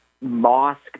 mosque